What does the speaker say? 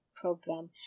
program